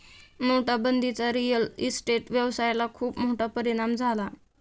नोटाबंदीचा real estate व्यवसायाला खूप मोठा परिणाम झाला